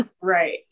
right